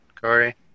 Corey